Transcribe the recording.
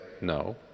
No